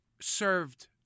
served